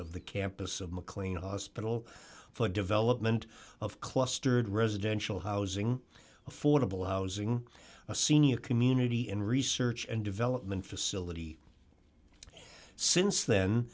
of the campus of mclean hospital for development of clustered residential housing affordable housing a senior community in research and development facility since then